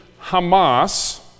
Hamas